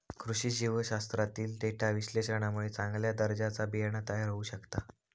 कृषी जीवशास्त्रातील डेटा विश्लेषणामुळे चांगल्या दर्जाचा बियाणा तयार होऊ शकता